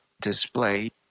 display